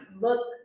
look